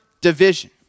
division